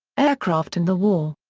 aircraft and the war.